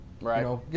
Right